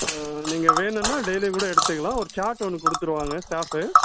நீங்கள் வேணுன்னால் டெய்லி கூட எடுத்துக்கலாம் ஒரு சார்ட் ஒன்று கொடுத்துருவாங்க ஸ்டாஃப்பு